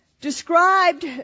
described